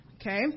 Okay